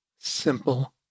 simple